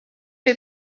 est